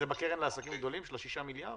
זה בקרן לעסקים גדולים, של ה-6 מיליארד?